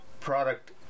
product